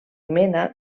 mena